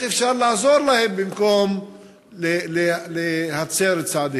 אפשר לעזור להם במקום להצר את צעדיהם.